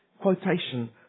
quotation